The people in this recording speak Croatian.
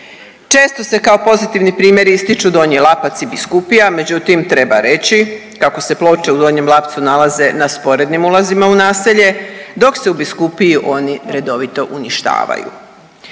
Često se kao pozitivni primjeri ističu Donji Lapac i Biskupija, međutim treba reći kako se ploče u Donjem Lapcu nalaze na sporednim ulazima u naselje dok se u Biskupiji oni redovito uništavaju.